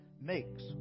makes